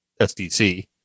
SDC